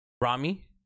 Rami